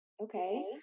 Okay